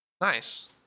Nice